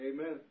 Amen